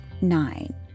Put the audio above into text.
nine